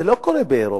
זה לא קורה באירופה.